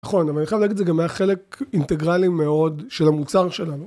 נכון, אבל אני חייב להגיד שזה גם היה חלק אינטגרלי מאוד של המוצר שלנו.